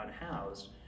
unhoused